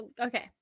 Okay